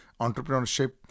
entrepreneurship